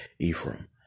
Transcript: Ephraim